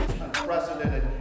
unprecedented